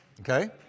Okay